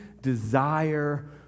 desire